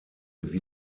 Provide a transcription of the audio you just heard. wie